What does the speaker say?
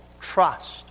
trust